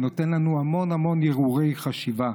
ונותן לנו המון המון הרהורים וחשיבה.